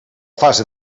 fase